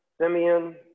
Simeon